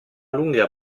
lunga